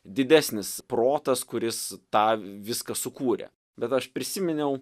didesnis protas kuris tą viską sukūrė bet aš prisiminiau